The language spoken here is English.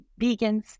vegans